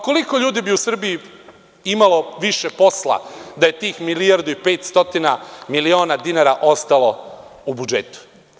Koliko ljudi u Srbiji bi imalo više posla da je tih milijardu i 500 miliona dinara ostalo u budžetu?